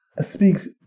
speaks